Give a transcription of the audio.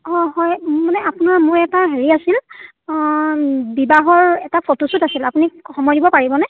অ' হয় মোৰ মানে আপোনাৰ মোৰ এটা হেৰি আছিল বিবাহৰ এটা ফটোশ্বুট আছিল আপুনি সময় দিব পাৰিবনে